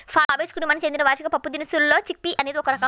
Fabaceae కుటుంబానికి చెందిన వార్షిక పప్పుదినుసుల్లో చిక్ పీ అనేది ఒక రకం